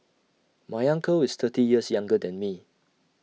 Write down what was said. my uncle is thirty years younger than me